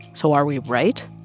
so are we right?